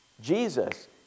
Jesus